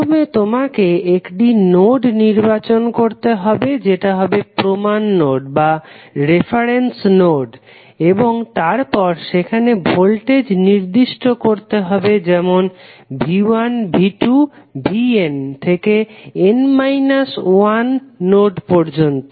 প্রথমে তোমাকে একটি নোড নির্বাচন করতে হবে যেটা হবে প্রমান নোড এবং তারপর সেখানে ভোল্টেজ নির্দিষ্ট করতে হবে যেমন V1 V2 Vn থেকে n - 1 নোড পর্যন্ত